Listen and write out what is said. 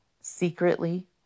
secretly